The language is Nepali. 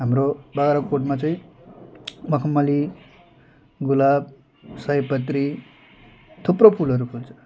हाम्रो बाग्राकोटमा चाहिँ मखमली गुलाब सयपत्री थुप्रो फुलहरू फुल्छ